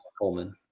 Coleman